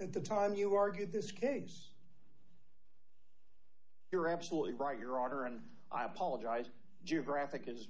at the time you argued this case you're absolutely right your honor and i apologize geographic is